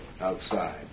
outside